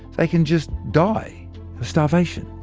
they can just die of starvation.